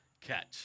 catch